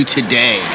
Today